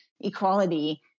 equality